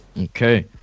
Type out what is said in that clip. Okay